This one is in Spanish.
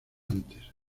antes